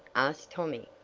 asked tommy.